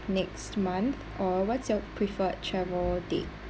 next month or what's your preferred travel date